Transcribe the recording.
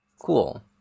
Cool